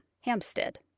Hampstead